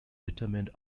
determined